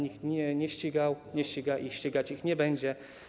Nikt nie ścigał, nie ściga ani ścigać ich nie będzie.